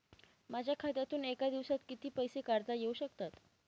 माझ्या खात्यातून एका दिवसात किती पैसे काढता येऊ शकतात?